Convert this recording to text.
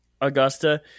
Augusta